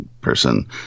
person